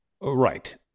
Right